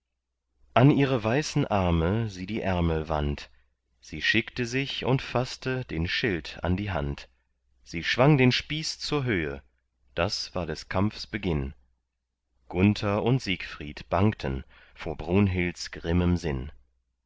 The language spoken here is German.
an ihre weißen arme sie die ärmel wand sie schickte sich und faßte den schild an die hand sie schwang den spieß zur höhe das war des kampfs beginn gunther und siegfried bangten vor brunhildens grimmem sinn